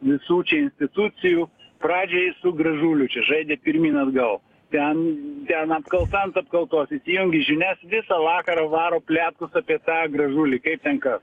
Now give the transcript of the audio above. visų čia institucijų pradžioj su gražuliu čia žaidė pirmyn atgal ten ten apkalta ant apkaltos įsijungi žinias visą vakarą varo pletkus apie tą gražulį kaip ten kas